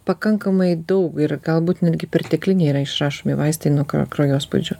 pakankamai daug ir galbūt netgi pertekliniai yra išrašomi vaistai nuo kraujospūdžio